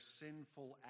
sinful